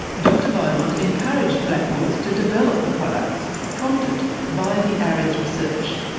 dr beaumont encouraged blackmores to develop the products prompted by the areds research.